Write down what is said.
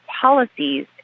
policies